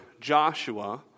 Joshua